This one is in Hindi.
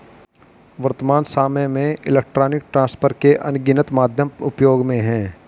वर्त्तमान सामय में इलेक्ट्रॉनिक ट्रांसफर के अनगिनत माध्यम उपयोग में हैं